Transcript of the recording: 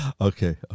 Okay